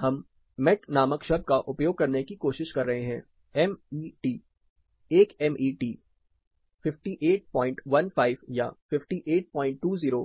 हम मेट नामक शब्द का उपयोग करने की कोशिश कर रहे हैं एम ई टी 1 एमईटी 5815 या 5820 वाट प्रति वर्ग मीटर के बराबर है